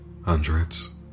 Hundreds